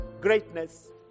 greatness